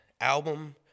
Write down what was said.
album